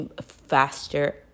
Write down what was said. faster